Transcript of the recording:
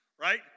Right